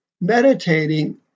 meditating